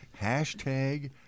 Hashtag